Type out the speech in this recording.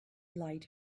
light